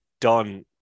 done